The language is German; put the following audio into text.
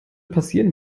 passieren